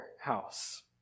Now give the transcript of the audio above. house